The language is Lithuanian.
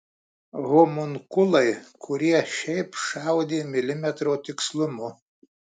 homunkulai kurie šiaip šaudė milimetro tikslumu